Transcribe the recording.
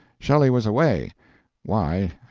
shelley was away why,